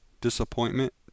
disappointment